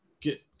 get